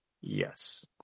Yes